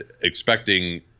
expecting